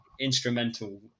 instrumental